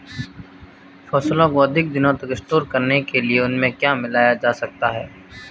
फसलों को अधिक दिनों तक स्टोर करने के लिए उनमें क्या मिलाया जा सकता है?